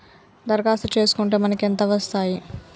దరఖాస్తు చేస్కుంటే మనకి ఎంత వస్తాయి?